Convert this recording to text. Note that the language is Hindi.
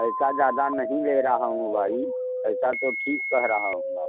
पैसा ज़्यादा नहीं ले रहा हूँ भाई पैसा तो ठीक कह रहा हूँ आप